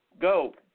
go